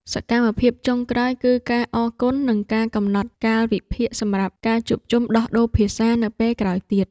សកម្មភាពចុងក្រោយគឺការអរគុណ និងការកំណត់កាលវិភាគសម្រាប់ការជួបជុំដោះដូរភាសានៅពេលក្រោយទៀត។